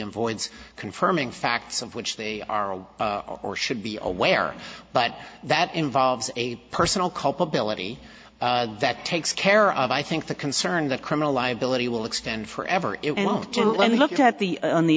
in voids confirming facts of which they are or should be aware but that involves a personal culpability that takes care of i think the concern that criminal liability will extend forever it won't let me look at the on the